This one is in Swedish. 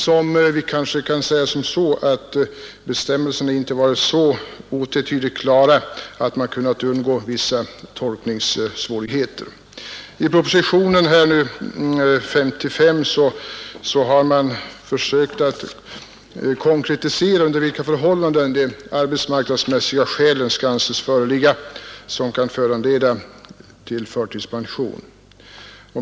Man kan kanske säga att bestämmelserna inte varit så otvetydigt klara att man kunnat undgå sådana svårigheter. I propositionen 55 har man försökt konkretisera under vilka förhållanden de arbetsmarknadsmässiga skälen för en förtidspensionering skall anses föreligga.